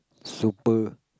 super